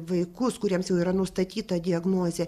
vaikus kuriems jau yra nustatyta diagnozė